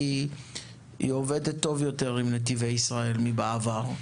כי היא עובדת עם נתיבי ישראל טוב יותר מבעבר.